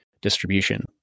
distribution